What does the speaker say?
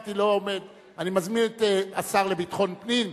אני מזמין את השר לביטחון הפנים,